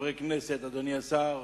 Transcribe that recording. חברי הכנסת, אדוני השר,